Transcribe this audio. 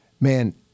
man